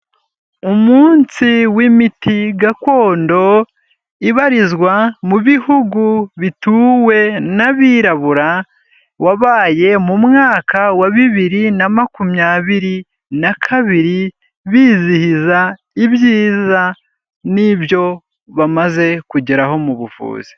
Umunsi w'imiti gakondo, ibarizwa mu bihugu bituwe n'abirabura, wabaye mu mwaka wa bibiri na makumyabiri na kabiri, bizihiza ibyiza n'ibyo bamaze kugeraho mu buvuzi.